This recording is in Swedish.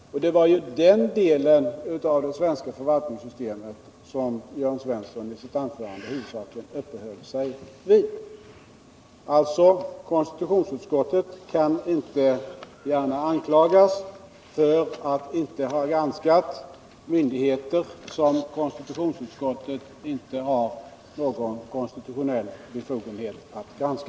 Och det var ju den delen av det svenska rättssystemet som Jörn Svensson i sitt anförande huvudsakligen uppehöll sig vid. Konstitutionsutskottet kan alltså inte gärna anklagas för att inte ha granskat myndigheter som utskottet inte har någon konstitutionell befogenhet att granska.